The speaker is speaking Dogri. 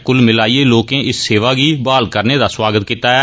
कुल मिलाइयै लोकें इस सेवा गी बहाल करने दा स्वागत कीता ऐ